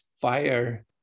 fire